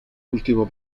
ultimo